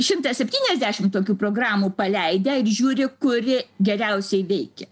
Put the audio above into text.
šimtą septyniasdešim tokių programų paleidę ir žiūri kuri geriausiai veikia